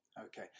Okay